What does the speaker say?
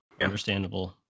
Understandable